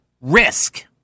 risk